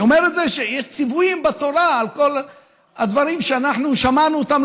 אני אומר את זה כי יש ציוויים בתורה על כל הדברים שאנחנו שמענו אותם,